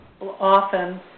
often